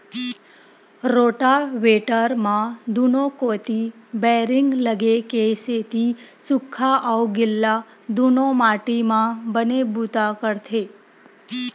rotavator म दूनो कोती बैरिंग लगे के सेती सूख्खा अउ गिल्ला दूनो माटी म बने बूता करथे